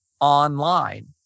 online